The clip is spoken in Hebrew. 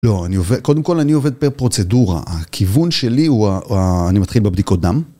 לא, קודם כל אני עובד בפרוצדורה, הכיוון שלי הוא... אני מתחיל בבדיקות דם.